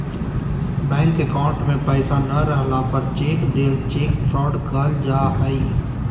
bank account में पैसा नय रहला पर चेक देल चेक फ्रॉड कहल जा हइ